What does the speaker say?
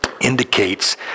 indicates